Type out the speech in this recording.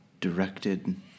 Directed